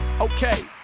okay